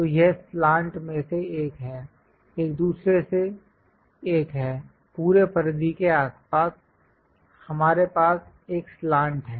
तो यह स्लांट में से एक हैं एक दूसरे से एक है पूरे परिधि के आसपास हमारे पास एक स्लांट है